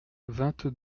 vingt